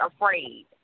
afraid